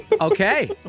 Okay